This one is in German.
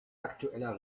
aktueller